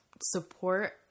support